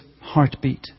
heartbeat